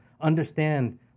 Understand